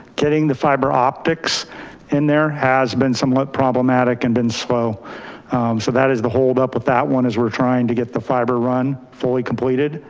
getting the fiber optics in there has been somewhat problematic and been slow. so that is the hold up with that one is we're trying to get the fiber run fully completed.